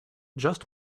just